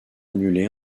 annulée